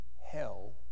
hell